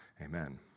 Amen